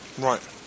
Right